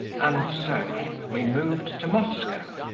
and so, we moved to moscow.